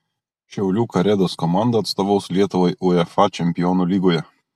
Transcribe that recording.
šiaulių karedos komanda atstovaus lietuvai uefa čempionų lygoje